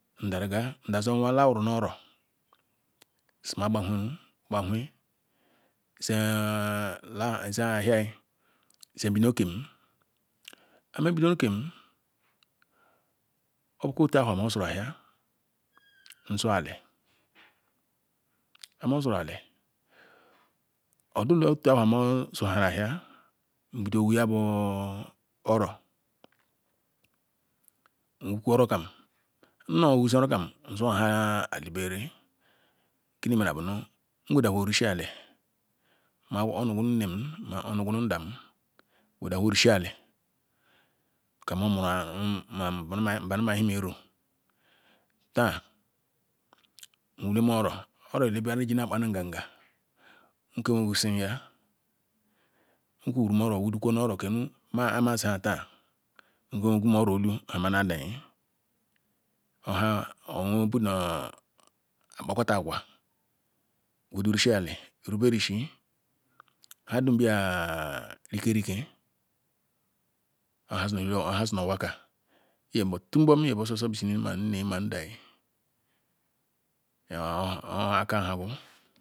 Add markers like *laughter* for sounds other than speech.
Ndanaga ndazu owah launru nu oro si-ma gbaworoh gbawei zeh *hesitation* zeh ahia-yi nzebido nkem eh meh bidoro nkem obuko plu awuah nmezuru ahia nzu-ali odulu otu aguah moh zuru ahia nbido hugiabu oro nuuku orokam nno wuzi oro kam nzuha ali berele kini mera bunu ngwe daruru lshi ali nma onugunu nneem nu onugunu ndam gwedahuo lsi ali kah moh muru aru bani ehim uru tah nwulem oro oro ndi benle neh eji akpamum ngagah nkeh weh gusin yah nwuru oro wudoko kem ah mazi nha tah nwegum no-elu-ohah nu nkpaka ta agwa gwedu lihi-ali rube rishi nhadum bia rike-rike ohakh zi nu nwah kah iye mbum tu mbum inebusini mah nnehi na ndahi nye aka nhagu.